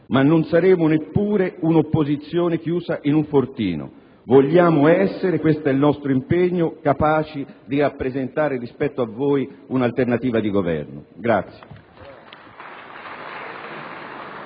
ma non saremo neppure un'opposizione chiusa in un fortino; vogliamo essere - questo è il nostro impegno - capaci di rappresentare rispetto a voi un'alternativa di Governo.